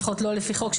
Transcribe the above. לפחות לא לפי חוק,